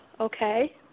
okay